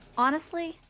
honestly,